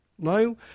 No